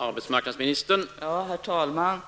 Herr talman!